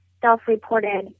self-reported